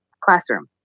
Classroom